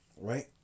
Right